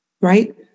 right